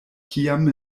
kiam